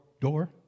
door